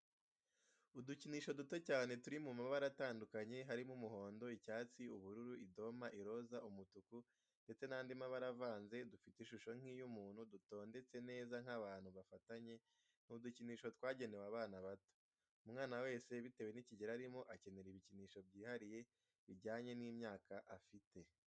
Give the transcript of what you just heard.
Udukinisho duto cyane turi mu mabara atandukanye harimo umuhondo, icyatsi, ubururu, idoma, iroza, umutuku ndetse n'andi mabara avanze, dufite ishusho nk'iy'umuntu dutondetse neza nk'abantu bafatanye, ni udukinisho twagenewe abana bato. Umwana wese bitewe n'ikigero arimo akenera ibikinsho byihariye bijyanye n'imyaka afite.